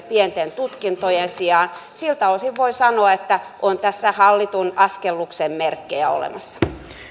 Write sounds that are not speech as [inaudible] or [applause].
[unintelligible] pienten tutkintojen sijaan siltä osin voi sanoa että on tässä hallitun askelluksen merkkejä olemassa